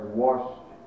washed